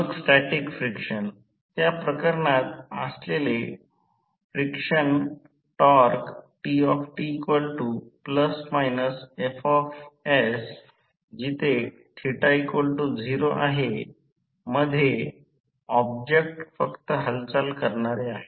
मग static friction त्या प्रकरणात असलेले फ्रिक्शन टॉर्क Tt±Fs।0 मध्ये ऑब्जेक्ट फक्त हालचाल करणार आहे